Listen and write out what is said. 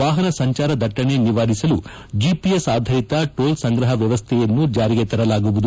ವಾಹನ ಸಂಚಾರ ದಟ್ಟಣೆ ನಿವಾರಿಸಲು ಜಿಪಿಎಸ್ ಆಧಾರಿತ ಟೋಲ್ ಸಂಗ್ರಹ ವ್ಯವಸ್ಥೆಯನ್ನು ಜಾರಿಗೆ ತರಲಾಗುವುದು